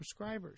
prescribers